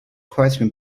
question